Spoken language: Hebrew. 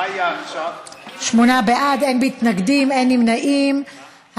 שמונה בעד, אין מתנגדים, אין נמנעים.